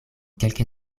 kelke